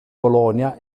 polonia